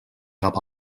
cap